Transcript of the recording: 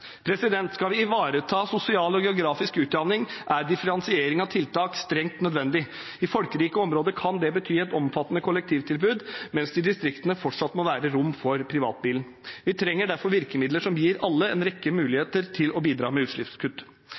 Skal vi ivareta sosial og geografisk utjamning, er differensiering av tiltak strengt nødvendig. I folkerike områder kan det bety et omfattende kollektivtilbud, mens det i distriktene fortsatt må være rom for privatbilen. Vi trenger derfor virkemidler som gir alle en rekke muligheter til å bidra med utslippskutt.